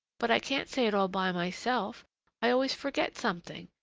but i can't say it all by myself i always forget something.